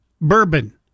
bourbon